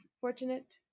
fortunate